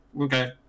okay